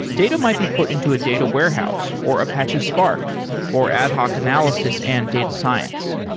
data might be put into a data warehouse or apache spark for ad hoc analysis and data science.